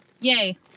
Yay